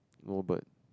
no bird